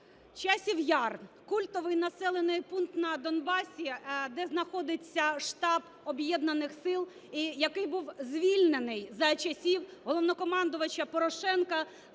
Часів Яр – культовий населений пункт на Донбасі, де знаходиться штаб Об'єднаних сил і який був звільнений за часів Головнокомандувача Порошенка,